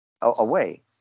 away